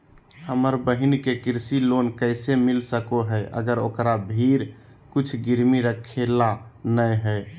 हमर बहिन के कृषि लोन कइसे मिल सको हइ, अगर ओकरा भीर कुछ गिरवी रखे ला नै हइ?